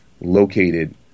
located